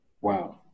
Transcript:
Wow